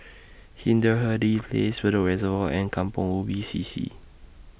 Hindhede Place Bedok Reservoir and Kampong Ubi C C